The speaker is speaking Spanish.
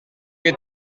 que